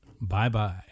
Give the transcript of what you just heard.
bye-bye